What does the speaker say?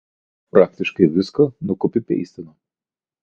praktiškai viską nukopipeistino